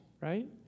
right